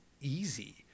easy